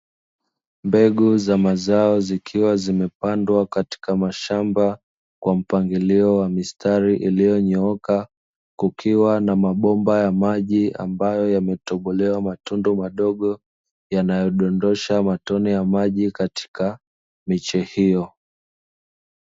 Mbegu za mazao zikiwa zimepandwa katika mashamba kwa mpangilio wa mistari iliyonyooka, kukiwa na mabomba ya maji ambayo yametobolewa matundu madogo yanayodondosha matone ya maji katika miche hiyo.